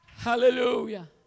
Hallelujah